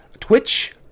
twitch